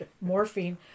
Morphine